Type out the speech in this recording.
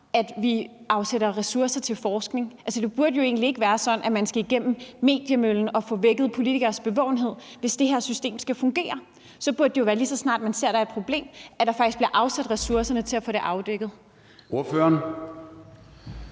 at vi afsætter ressourcer til forskning? Det burde jo egentlig ikke være sådan, at man skal igennem mediemøllen for at vække politikeres bevågenhed. Hvis det her system fungerede, burde det jo være sådan, at lige så snart man ser, der er et problem, bliver der faktisk afsat ressourcer til at få det afdækket. Kl.